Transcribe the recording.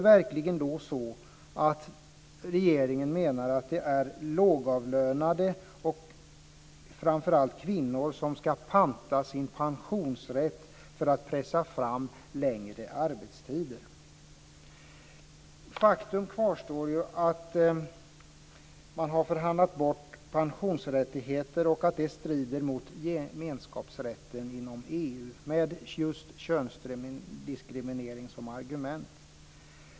Menar regeringen verkligen att det är lågavlönade och framför allt kvinnor som ska panta sin pensionsrätt för att pressa fram längre arbetstider? Faktum kvarstår att man har förhandlat bort pensionsrättigheter och att detta strider mot gemenskapsrätten inom EU med just könsdiskriminering som argument.